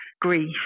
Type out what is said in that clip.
grief